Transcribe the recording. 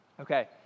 Okay